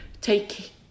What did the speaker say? take